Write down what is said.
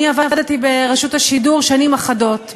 אני עבדתי ברשות השידור שנים אחדות,